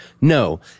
No